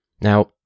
now